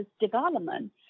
development